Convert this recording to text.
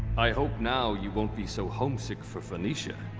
i hope now you won't be so homesick for phoenicia.